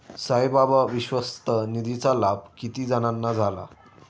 साईबाबा विश्वस्त निधीचा लाभ किती जणांना झाला?